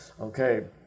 okay